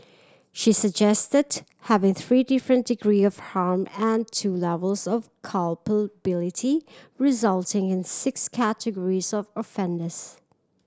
she suggested having three different degrees of harm and two levels of culpability resulting in six categories of offenders